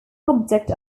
subject